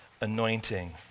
anointing